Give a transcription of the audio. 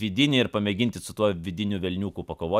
vidinį ir pamėginti su tuo vidiniu velniuku pakovot